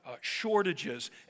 shortages